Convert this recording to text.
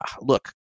look